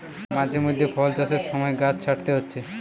মাঝে মধ্যে ফল চাষের সময় গাছ ছাঁটতে হচ্ছে